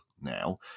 now